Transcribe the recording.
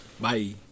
Bye